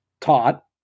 taught